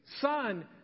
son